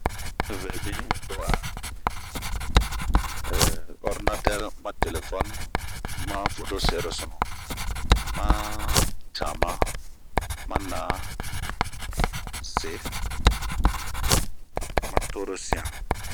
vɛbin ,to a ordinatɛri ma telefonie, ma fotoserosunu, ma cama, ma na'an,a bun n'se ma na'an.